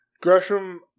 Gresham